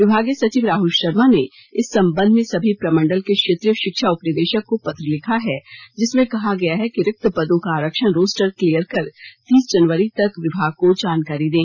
विभागीय सचिव राहल शर्मा ने इस संबंध में सभी प्रमण्डल के क्षेत्रीय शिक्षा उपनिदेशक को पत्र लिखा है जिसमें कहा गया है कि रिक्त पदों का आरक्षण रोस्टर क्लियर कर तीस जनवरी तक विभाग को जानकारी दें